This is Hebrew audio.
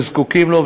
שזקוקים לו,